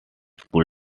school